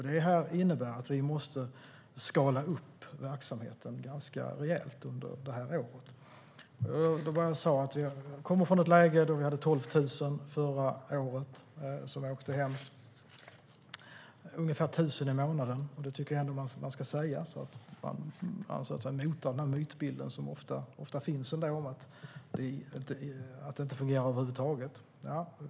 Det innebär att vi måste skala upp verksamheten ganska rejält under året. Förra året åkte 12 000 hem, alltså ungefär 1 000 i månaden. Det bör sägas för att mota mytbilden om att det inte fungerar över huvud taget.